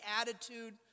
attitude